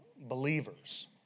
believers